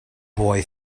boy